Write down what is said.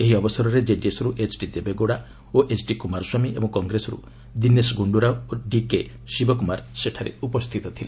ଏହି ଅବସରରେ ଜେଡିଏସ୍ରୁ ଏଚ୍ଡି ଦେବେଗୌଡ଼ା ଓ ଏଚ୍ଡି କୁମାର ସ୍ୱାମୀ ଓ କଂଗ୍ରେସରୁ ଦିନେଶ ଗୁଣ୍ଡୁରାଓ ଓ ଡିକେ ଶିବ କୁମାର ସେଠାରେ ଉପସ୍ଥିତ ଥିଲେ